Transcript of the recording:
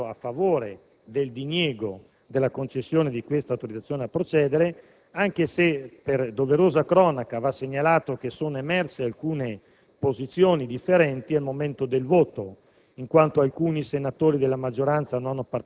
parlamentari, la grande maggioranza ha votato a favore del diniego della concessione di questa autorizzazione a procedere, anche se, per doverosa cronaca, va segnalato che sono emerse alcune posizioni differenti al momento del voto,